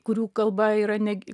kurių kalba yra negi